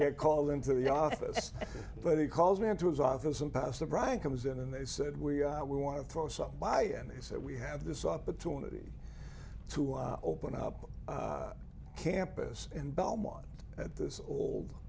egg called into the office but he calls me into his office and passive writing comes in and they said we we want to throw something by end he said we have this opportunity to our open up campus in belmont at this old